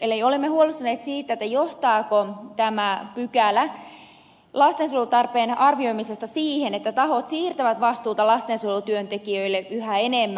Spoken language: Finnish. eli olemme huolestuneita siitä johtaako tämä pykälä lastensuojelutarpeen arvioimisesta siihen että tahot siirtävät vastuuta lastensuojelutyöntekijöille yhä enemmän